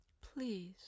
Please